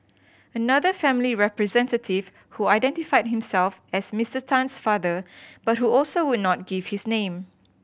another family representative who identified himself as Mister Tan's father but who also would not give his name